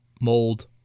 mold